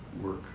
work